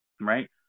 right